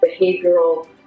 behavioral